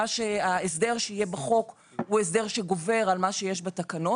ההסדר שיהיה בחוק הוא הסדר שגובר על מה שיש בתקנות,